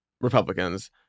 Republicans